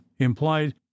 implied